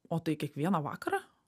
o tai kiekvieną vakarą